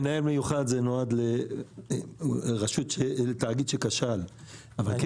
מנהל מיוחד זה נועד לתאגיד שכשל אבל כן